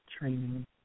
training